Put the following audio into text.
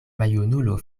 maljunulo